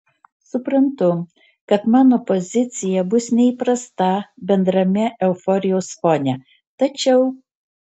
suprantu kad mano pozicija bus neįprasta bendrame euforijos fone tačiau